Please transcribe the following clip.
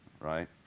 right